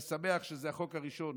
אני שמח שזה החוק הראשון